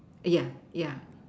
yeah yeah